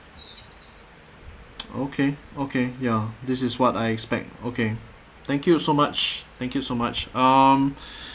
okay okay ya this is what I expect okay thank you so much thank you so much um